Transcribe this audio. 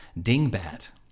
Dingbat